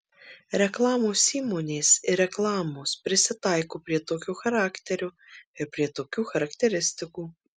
reklamos įmonės ir reklamos prisitaiko prie tokio charakterio ir prie tokių charakteristikų